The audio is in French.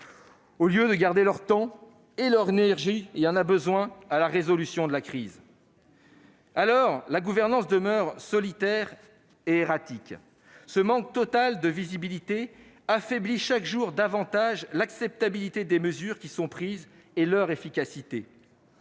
au lieu de consacrer leur temps et leur énergie à la résolution de la crise. La gouvernance demeure solitaire et erratique. Ce manque total de visibilité affaiblit chaque jour davantage l'acceptabilité des mesures qui sont prises et leur efficacité.